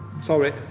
sorry